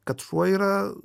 kad šuo yra